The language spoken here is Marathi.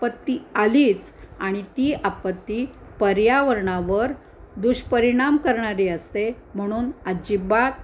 आपत्ती आलीच आणि ती आपत्ती पर्यावरणावर दुष्परिणाम करणारी असते म्हणून अजिबात